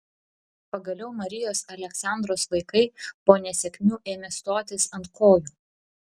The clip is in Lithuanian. pagaliau marijos aleksandros vaikai po nesėkmių ėmė stotis ant kojų